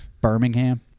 Birmingham